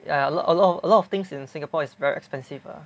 ya a a lot of a lot of things in Singapore is very expensive ah